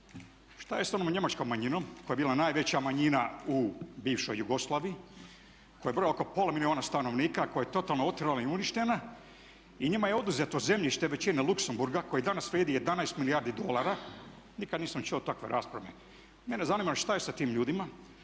šta je s onom Njemačkom manjinom koja je bila najveća manjina u bivšoj Jugoslaviji, koja je brojala oko pola milijuna stanovnika, koja je totalno otjerana i uništena, i njima je oduzeto zemljište veličine Luxembourga koje danas vrijedi 11 milijardi dolara, nikad nisam čuo takve rasprave. Mene zanima šta je sa tim ljudima